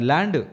Land